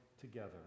together